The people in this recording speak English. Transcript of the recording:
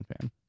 fan